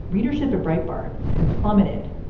readership of bright bard had plummeted.